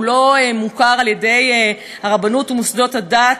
לא מוכר על-ידי הרבנות ומוסדות הדת.